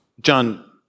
John